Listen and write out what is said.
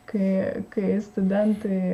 kai kai studentai